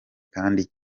kandi